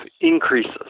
increases